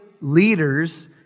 leaders